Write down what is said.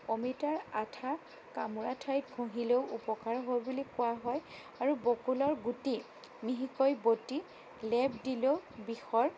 অমিতাৰ আঠা কামোৰা ঠাইত ঘঁহিলেও উপকাৰ হয় বুলি কোৱা হয় আৰু বকুলৰ গুটি মিহিকৈ বটি লেপ দিলেও বিষৰ